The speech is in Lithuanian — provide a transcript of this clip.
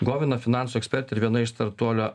govina finansų ekspertė ir viena iš startuolio